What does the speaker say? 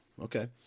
okay